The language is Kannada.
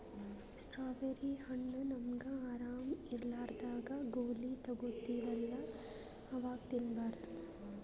ಸ್ಟ್ರಾಬೆರ್ರಿ ಹಣ್ಣ್ ನಮ್ಗ್ ಆರಾಮ್ ಇರ್ಲಾರ್ದಾಗ್ ಗೋಲಿ ತಗೋತಿವಲ್ಲಾ ಅವಾಗ್ ತಿನ್ಬಾರ್ದು